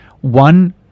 one